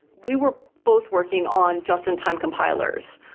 we were both working on just in time compilers.